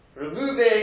removing